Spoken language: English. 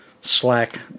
slack